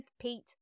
Pete